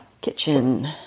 Kitchen